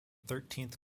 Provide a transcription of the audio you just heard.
thirteenth